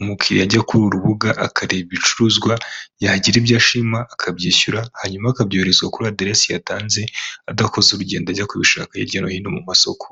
umukiriya ajya kuri uru rubuga akareba ibicuruzwa, yagira ibyo ashima akabyishyura, hanyuma akabyoherezwa kuri aderesi yatanze, adakoze urugendo ajya kubishaka hirya no hino mu masoko.